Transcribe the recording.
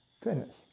Finish